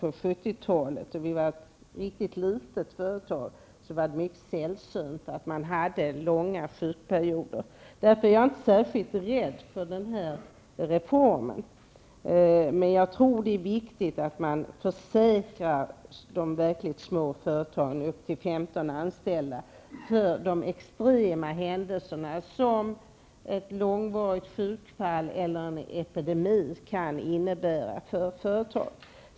Då var företaget riktigt litet. Det var då mycket sällsynt med långa sjukperioder. Därför är jag inte särskilt rädd för denna reform. Men jag tror att det är viktigt att man försäkrar de verkligt små företagen med upp till 15 anställda för de extrema händelser som ett långvarigt sjukfall eller en epidemi kan innebära för företaget.